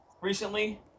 recently